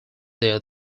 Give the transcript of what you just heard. their